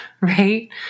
Right